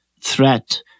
threat